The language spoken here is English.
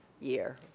year